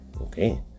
Okay